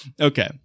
Okay